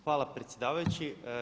Hvala predsjedavajući.